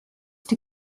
die